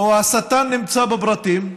השטן נמצא בפרטים,